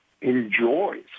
enjoys